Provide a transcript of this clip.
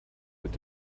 wird